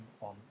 on